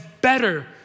better